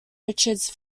richards